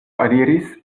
aliris